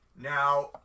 Now